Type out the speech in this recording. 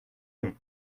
non